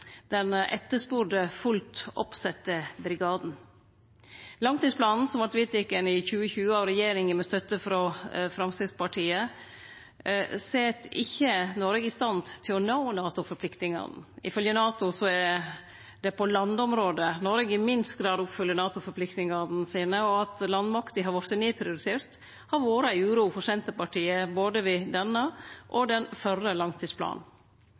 den etterspurde fullt oppsette brigaden. Langtidsplanen som vart vedteken i 2020 av regjeringa med støtte frå Framstegspartiet, set ikkje Noreg i stand til å nå NATO-forpliktingane. Ifølgje NATO er det på landområdet Noreg i minst grad oppfyller NATO-forpliktingane sine. At landmakta har vorte nedprioritert, har vore ei uro for Senterpartiet ved både denne og den førre langtidsplanen.